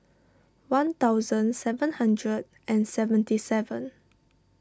one thousand seven hundred and seventy seven